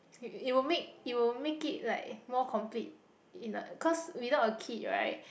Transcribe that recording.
it will make it will make it like more complete in a cause without a kid right